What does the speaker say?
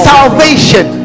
Salvation